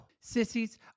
Sissies